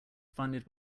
funded